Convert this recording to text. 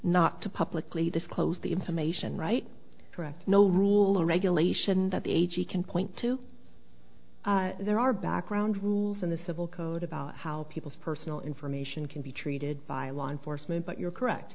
not to publicly disclose the information right correct no rule or regulation that he can point to there are background rules in the civil code about how people's personal information can be treated by law enforcement but you're correct